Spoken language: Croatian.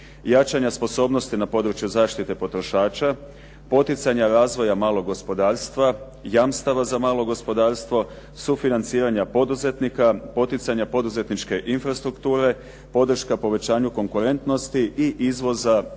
jačanja sposobnosti na području zaštite potrošača, poticanja razvoja malog gospodarstva, jamstava za malo gospodarstvo, sufinanciranja poduzetnika, poticanja poduzetničke infrastrukture, podrška povećanju konkurentnosti i izvoza malih